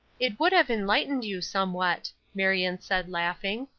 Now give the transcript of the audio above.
it would have enlightened you somewhat, marion said, laughing.